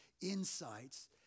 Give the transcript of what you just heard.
insights